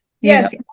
yes